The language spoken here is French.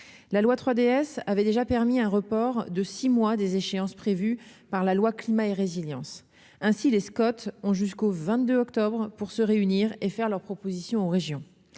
la loi 3DS avait déjà permis un report de 6 mois des échéances prévues par la loi climat et résilience ainsi les Scott ont jusqu'au 22 octobre pour se réunir et faire leurs propositions aux régions